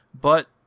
But